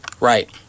Right